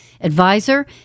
advisor